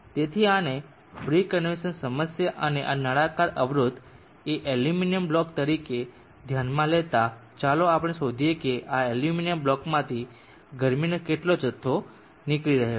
તેથી આને free convection સમસ્યા અને આ નળાકાર અવરોધ એ એલ્યુમિનિયમ બ્લોક તરીકે ધ્યાનમાં લેતા ચાલો આપણે શોધીએ કે આ એલ્યુમિનિયમ બ્લોકમાંથી ગરમીનો કેટલો જથ્થો નીકળી રહ્યો છે